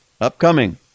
upcoming